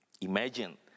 Imagine